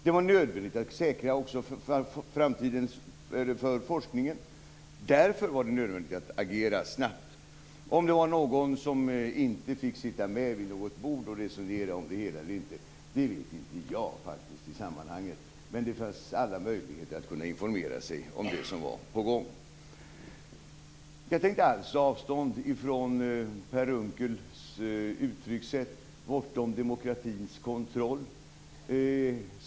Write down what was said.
Det var nödvändigt att säkra forskningen inför framtiden. Därför var det nödvändigt att agera snabbt. Om det var någon som inte fick sitta med vid något bord och resonera om det hela eller inte - det vet inte jag. Men det fanns alla möjligheter att informera sig om det som var på gång. Jag tar inte alls avstånd från Per Unckels uttryckssätt bortom demokratins kontroll.